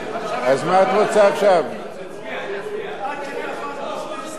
(תיקון מס' 2). מצביעים